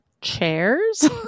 chairs